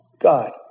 God